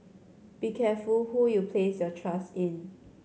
be careful who you place your trust in